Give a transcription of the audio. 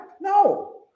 no